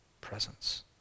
presence